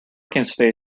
parking